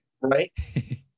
right